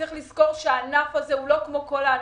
צריך לזכור שהענף הזה הוא לא כמו כל הענפים.